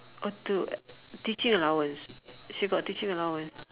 oh to teaching allowance she got teaching allowance